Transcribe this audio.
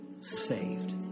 saved